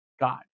God